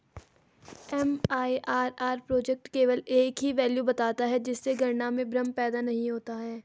MIRR project केवल एक ही वैल्यू बताता है जिससे गणना में भ्रम पैदा नहीं होता है